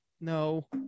No